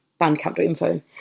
bandcamp.info